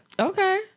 Okay